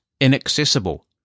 inaccessible